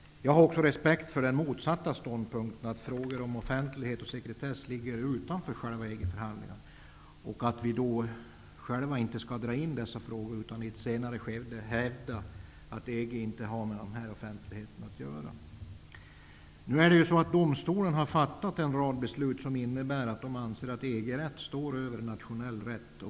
Jag har också respekt för den motsatta ståndpunkten att frågor om offentlighet och sekretess ligger utanför själva EG förhandlingarna, och att vi själva inte skall dra in dessa frågor utan i ett senare skede hävda att EG inte har med dem att göra. Domstolen har ju fattat en rad beslut som innebär att den anser att EG-rätt står över nationell rätt.